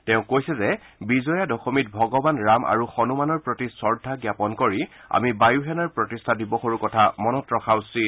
তেওঁ কৈছে যে বিজয়া দশমীত ভগৱান ৰাম আৰু হনুমানৰ প্ৰতি শ্ৰদ্ধা জ্ঞাপন কৰি আমি বায়ু সেনাৰ প্ৰতিষ্ঠা দিৱসৰ কথাও মনত ৰখা উচিত